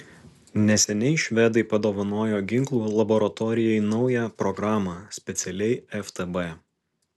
neseniai švedai padovanojo ginklų laboratorijai naują programą specialiai ftb